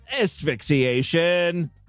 Asphyxiation